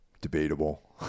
Debatable